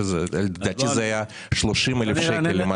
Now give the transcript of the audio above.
לדעתי זה היה 30,000 שקל.